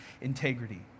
integrity